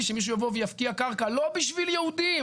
שמישהו יבוא ויפקיע קרקע לא בשביל יהודים,